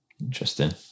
interesting